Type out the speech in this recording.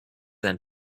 than